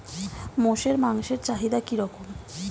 মোষের মাংসের চাহিদা কি রকম?